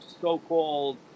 so-called